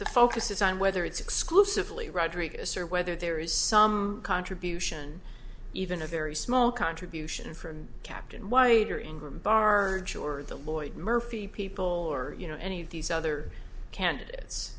the focus is on whether it's exclusively rodrigues or whether there is some contribution even a very small contribution from captain wider ingram bar george the lloyd murphy people or you know any of these other candidates